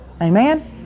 Amen